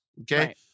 okay